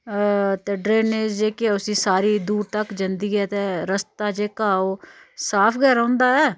ते ड्रेनेज जेह्की ऐ उसी सारी दूर तक जंदी ऐ ते रस्ता जेह्का ऐ ओह् साफ गै रौंह्दा ऐ